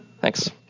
Thanks